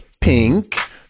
Pink